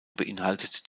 beinhaltet